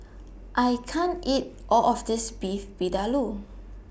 I can't eat All of This Beef Vindaloo